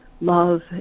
love